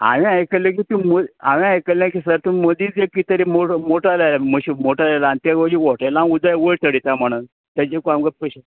हांवें आयकल्लें की तुमी हांवें आयकल्लें की सर तुमी मदींच एक किदें तरी मोड मोटर लायल्यात मशीन मोटर लावन ते मागीर हॉटेलांक उदक वयर चडयता म्हणून तेजेकन आमकां प्रेशर